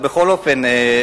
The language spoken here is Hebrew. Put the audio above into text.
בכל אופן,